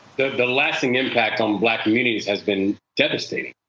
the the lasting impact on black communities has been devastating.